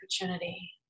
opportunity